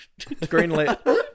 Greenlit